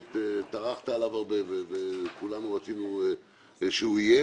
שטרחת עליו הרבה וכולנו רצינו שהוא יהיה,